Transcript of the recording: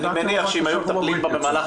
אני מניח שאם היו מטפלים בה במהלך